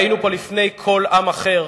היינו פה לפני כל עם אחר.